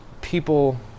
people